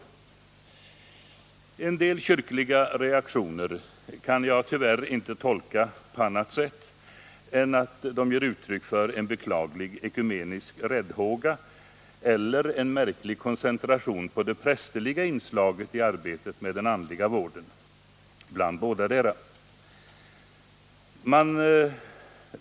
En del kyrkliga reaktioner kan jag tyvärr inte tolka på annat sätt än att de ger uttryck för en beklaglig ekumenisk räddhåga eller en märklig koncentration på det prästerliga inslaget i arbetet med den andliga vården, ibland bådadera.